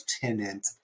tenant